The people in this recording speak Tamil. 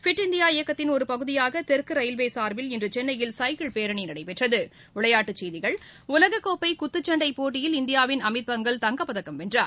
பிட் இந்தியா இயக்கத்தின் ஒரு பகுதியாக தெற்கு ரயில்வே சார்பில் இன்று சென்னையில் சைக்கிள் பேரணி நடைபெற்றது விளைபாட்டுச் செய்திகள் உலகக்கோப்பை குத்துச் சண்டை போட்டியில் இந்தியாவின் அமித் பங்கல் தங்கப்பதக்கம் வென்றார்